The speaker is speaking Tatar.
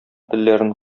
телләрен